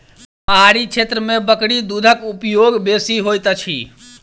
पहाड़ी क्षेत्र में बकरी दूधक उपयोग बेसी होइत अछि